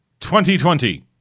2020